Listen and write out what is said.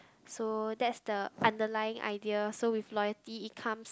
so there's the underlying idea so with loyalty it comes